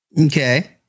Okay